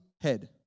head